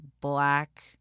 black